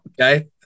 Okay